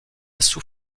sous